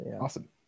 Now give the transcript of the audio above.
Awesome